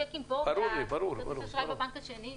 הצ'קים בבנק השני וכו'.